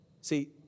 See